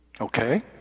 Okay